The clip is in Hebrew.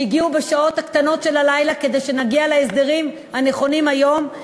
שהגיעו בשעות הקטנות של הלילה כדי שנגיע להסדרים הנכונים היום,